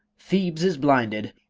thebes is blinded.